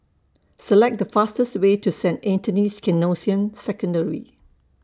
Select The fastest Way to Saint Anthony's Canossian Secondary